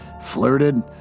flirted